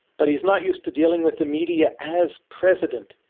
but he's not used to dealing with a media as president.